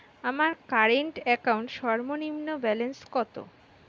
আমার current account সর্বনিম্ন balance কত?